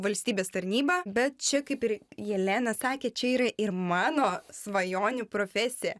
valstybės tarnyba bet čia kaip ir jelena sakė čia yra ir mano svajonių profesija